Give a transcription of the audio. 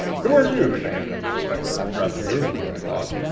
who are you? demanded the inspector rather rudely, i thought.